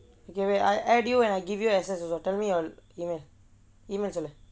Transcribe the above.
K wait I add you and I give you access also tell me your email email சொல்லு:sollu